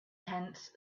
tents